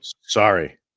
Sorry